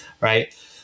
right